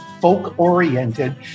folk-oriented